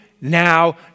now